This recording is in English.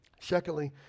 Secondly